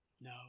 No